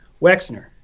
Wexner